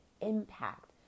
impact